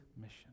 mission